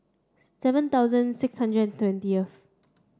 seven thousand six hundred and twentieth